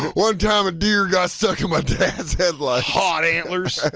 one time a deer got stuck in my dad's headlights. hot antlers! ah,